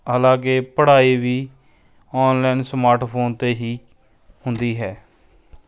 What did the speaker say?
ਹਾਲਾਂਕਿ ਪੜ੍ਹਾਈ ਵੀ ਔਨਲਾਈਨ ਸਮਾਰਟ ਫ਼ੋਨ 'ਤੇ ਹੀ ਹੁੰਦੀ ਹੈ